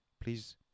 Please